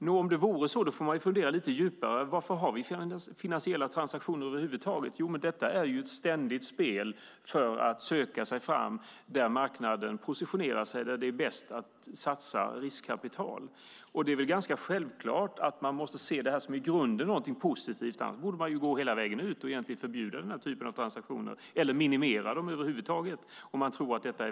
Nå, om det vore så får vi fundera lite djupare på varför vi har finansiella transaktioner över huvud taget. Detta är ett ständigt spel för att söka sig fram där marknaden positionerar sig och där det är bäst att satsa riskkapital. Det är väl självklart att man måste se detta som något i grunden positivt, annars borde man gå hela vägen och minimera den här typen av transaktioner eller förbjuda dem helt och hållet.